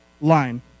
line